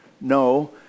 No